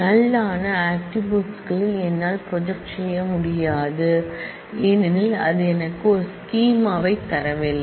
நல் ஆன ஆட்ரிபூட்ஸ் களில் என்னால் ப்ராஜெக்ட் செய்ய முடியாது ஏனெனில் அது எனக்கு ஒரு ஸ்கீமா தரவில்லை